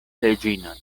reĝinon